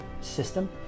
system